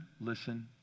listen